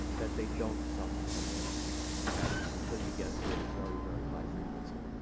that they don't suffer from this at until you get to a very, very high frequency,